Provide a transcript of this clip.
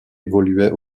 évoluait